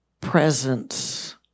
presence